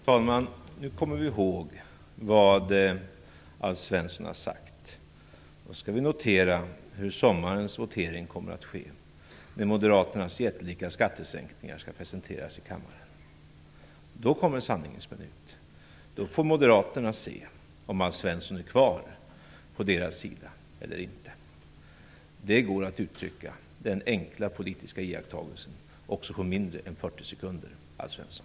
Fru talman! Nu skall vi komma ihåg vad Alf Svensson har sagt och notera hur sommarens votering går, när moderaternas jättelika skattesänkningar skall presenteras i kammaren. Då kommer sanningens minut. Då får moderaterna se om Alf Svensson står kvar på deras sida eller inte. Den enkla politiska iakttagelsen går att uttrycka också på mindre än 40 sekunder, Alf Svensson.